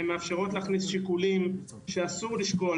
ומאפשרות להכניס שיקולים שאסור לשקול